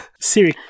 Siri